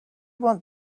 want